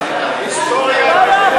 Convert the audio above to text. היסטוריה בגרוש.